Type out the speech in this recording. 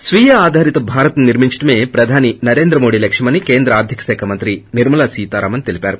స్వీయం ఆధారిత భారత్న నిర్మించడమే ప్రధాని నరేంద్ర మోదీ లక్ష్యమని కేంద్ర ఆర్గిక శాఖ మంత్రి నిర్మాల నితారామన్ తెలిపారు